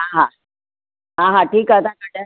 हा हा हा हा ठीकु आहे तव्हां कढायो